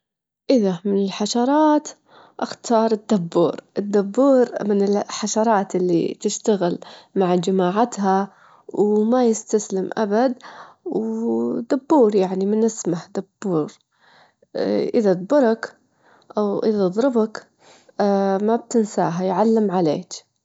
مبرو ك يا الله يبارك_ الله يبارك لكم، ويجمعكم ويجمع بينكم على خير، تستاهلون كل الخير، إنشاالله أيامكم كلها سعادة يارب، إنشالله دايمًا مجتمعين على الأفراح يارب العالمين، ونشوفكم أحلى اتنين.